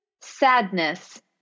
sadness